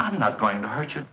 i'm not going to hurt you